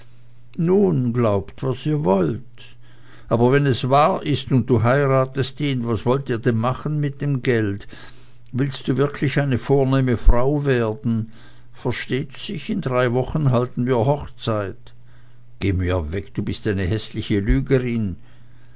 nun glaubt was ihr wollt aber wenn es wahr ist und du heiratest ihn was wollt ihr denn machen mit dem gelde willst du wirklich eine vornehme frau werden versteht sich in drei wochen halten wir die hochzeit geh mir weg du bist eine häßliche lügnerin